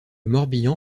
morbihan